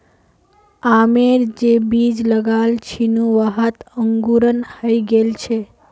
आमेर जे बीज लगाल छिनु वहात अंकुरण हइ गेल छ